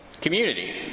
Community